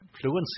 fluency